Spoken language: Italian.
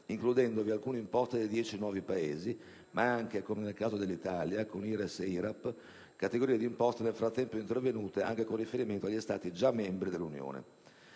includendovi alcune imposte dei dieci nuovi Paesi, ma anche - come è il caso dell'Italia con l'IRES e l'IRAP - categorie di imposte nel frattempo intervenute anche con riferimento a Stati già membri dell'Unione.